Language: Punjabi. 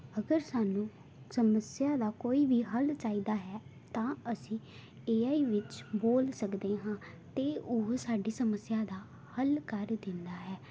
ਅਗਰ ਸਾਨੂੰ ਸਮੱਸਿਆ ਦਾ ਕੋਈ ਵੀ ਹੱਲ ਚਾਹੀਦਾ ਹੈ ਤਾਂ ਅਸੀਂ ਏ ਆਈ ਵਿੱਚ ਬੋਲ ਸਕਦੇ ਹਾਂ ਅਤੇ ਉਹ ਸਾਡੀ ਸਮੱਸਿਆ ਦਾ ਹੱਲ ਕਰ ਦਿੰਦਾ ਹੈ